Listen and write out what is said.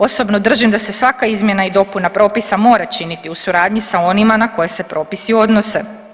Osobno držim da se svaka izmjena i dopuna propisa mora činiti u suradnji sa onima na koje se propisi odnose.